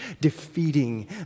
defeating